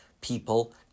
people